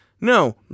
No